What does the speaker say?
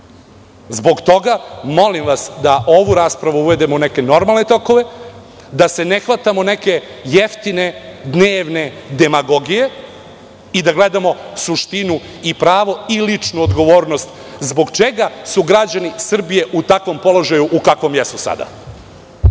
Zbog toga, molim vas da ovu raspravu uvedemo u neke normalne tokove, da se ne hvatamo neke jeftine dnevne demagogije i da gledamo suštinu, pravo i ličnu odgovornost zbog čega su građani Srbije u takvom položaju, u kakvom jesu sada.